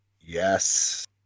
Yes